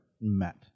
met